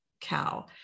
cow